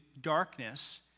darkness